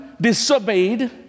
disobeyed